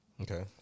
Okay